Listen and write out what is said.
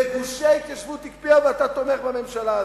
בגושי ההתיישבות הקפיאה, ואתה תומך בממשלה הזאת.